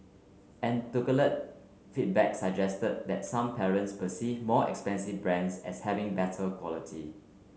feedback suggested that some parents perceive more expensive brands as having better quality